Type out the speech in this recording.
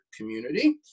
community